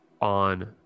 on